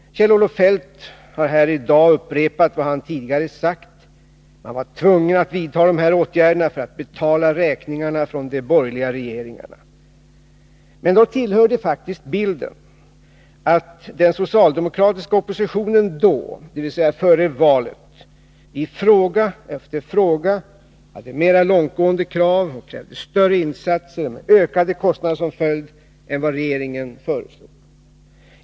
Kjell-Olof Feldt har här i dag upprepat vad han tidigare sagt: Man var tvungen att vidta de här åtgärderna för att betala räkningarna från de borgerliga regeringarna. Men då tillhör det faktiskt bilden att den socialdemokratiska oppositionen då, dvs. före valet, i fråga efter fråga hade mera långtgående krav och krävde större insatser, med ökade kostnader som följd, än vad regeringen föreslog.